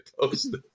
posted